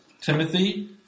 Timothy